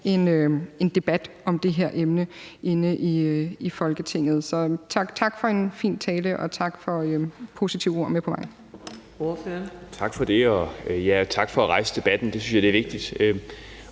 en debat om det her emne herinde i Folketinget. Så tak for en fin tale, og tak for at give positive ord med på vejen.